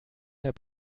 der